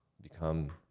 become